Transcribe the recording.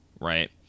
right